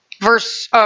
Verse